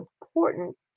important